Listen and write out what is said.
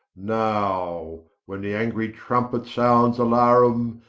now when the angrie trumpet sounds alarum,